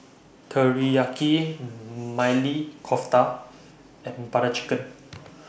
Teriyaki Maili Kofta and Butter Chicken